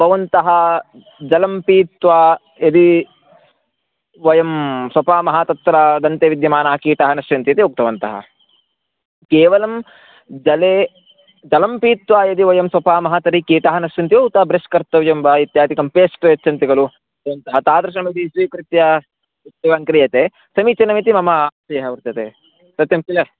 भवन्तः जलं पीत्वा यदि वयं स्वपामः तत्र दन्ते विद्यमानाः कीटाः नश्यन्ति इति उक्तवन्तः केवलं जले जलं पीत्वा यदि वयं स्वपामः तर्हि कीटाः नश्यन्ति उत ब्रश् कर्तव्यं वा इत्यादिकं फ़ेस्ट् यच्छन्ति खलु भवन्तः तादृशमपि स्वीकृत्य उत्सवं क्रियते समीचीनमिति मम तेह वर्तते सत्यं खिल